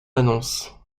annonce